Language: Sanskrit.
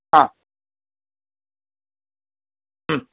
हा